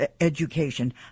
education